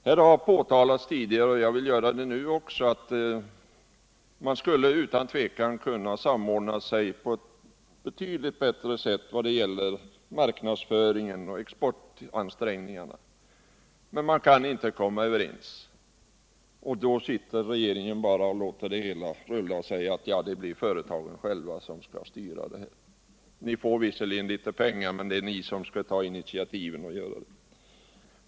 Här har tidigare pekats på — och jag vill också göra det nu — att man utan tvivel skulle kunna samordna sig på ett betydligt bättre sätt inom branschen i vad gäller marknadsföringen och exportansträngningarna, men man kan inte komma överens. Regeringen sitter bara och låter det hela rulla och säger att det är företagen själva som skall styra utvecklingen. De får visserligen litet pengar, men det är de som skall ta initiativen.